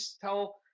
tell